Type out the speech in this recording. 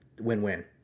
win-win